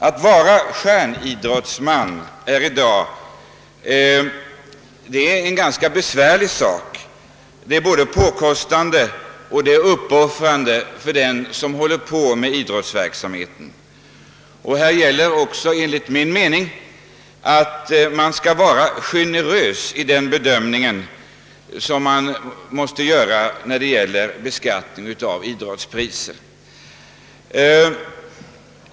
Att vara stjärnidrottsman är emellertid i dag både påkostande och förenat med många uppoffringar. Det gäller därför enligt min mening att vara generös vid den nödvändiga bedömningen av beskattning av idrottspriser.